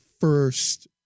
first